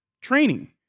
training